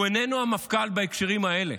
הוא אינו המפכ"ל בהקשרים האלה.